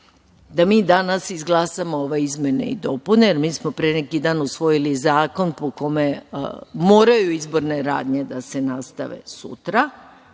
da mi danas izglasamo ove izmene i dopune jer mi smo pre neki dan usvojili zakon po kome moraju izborne radnje da se nastave sutra,